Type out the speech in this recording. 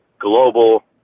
global